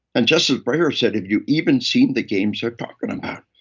and justice breyer said, have you even seen the games they're talking about?